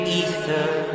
ether